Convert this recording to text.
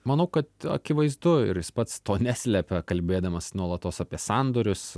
manau kad akivaizdu ir jis pats to neslepia kalbėdamas nuolatos apie sandorius